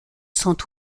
sont